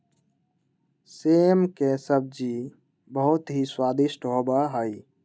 सेम के सब्जी बहुत ही स्वादिष्ट होबा हई